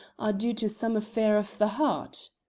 are due to some affair of the heart.